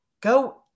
go